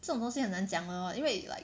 这种东西很难讲的 lor 因为 like